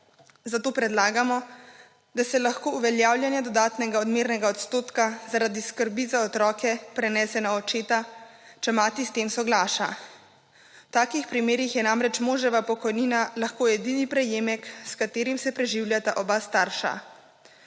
Zato predlagamo, da se lahko uveljavljanje dodatnega odmernega odstotka zaradi skrbi za otroke prenese na očeta, če mati s tem soglaša. V takih primerih je namreč moževa pokojnina lahko edini prejemek s katerim se preživljata oba starša.